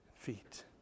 feet